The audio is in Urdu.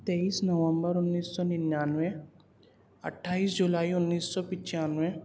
تئیس نومبر انیس سو ننانوے اٹھائیس جولائی انیس سو پچانوے